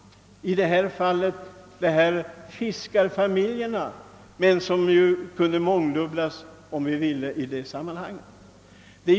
I detta fall gäller det de aktuella fiskarfamiljerna, men om man ville kunde man finna många andra i samma läge.